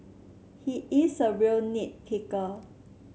he is a real nit picker